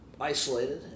isolated